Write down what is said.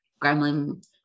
gremlin